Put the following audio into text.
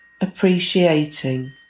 appreciating